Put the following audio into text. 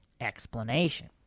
explanation